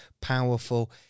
powerful